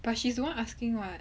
but she's the one asking [what]